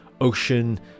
ocean